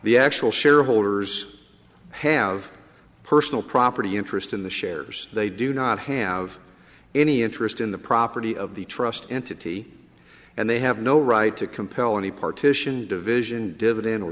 the actual shareholders have personal property interest in the shares they do not have any interest in the property of the trust entity and they have no right to compel any partition division di